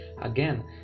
again